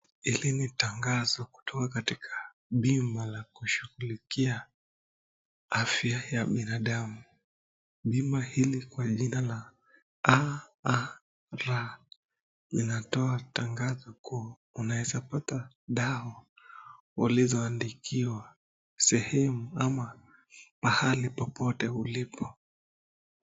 Hili ni tangazo kutoka katika bima la kushughulikia afya ya binadamu . Bima hili kwa jina la (AAVA) . Linatoa tangazo kuu . unaweza pata dawa ulizo andikiwa . Sehemu ama pahali popote ulipo.